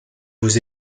vous